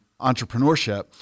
entrepreneurship